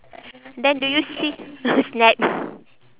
then do you see